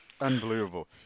Unbelievable